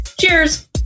Cheers